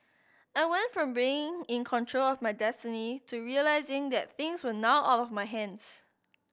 I went from being in control of my destiny to realising that things were now out of my hands